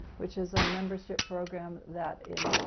which is a membership program that